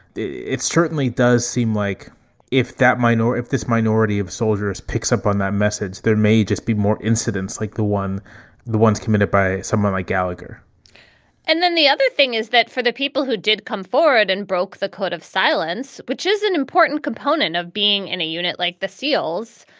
it certainly does seem like if that minor if this minority of soldiers picks up on that message, there may just be more incidents like the one the ones committed by someone like gallagher and then the other thing is that for the people who did come forward and broke the code of silence, which is an important component of being in a unit like the seals,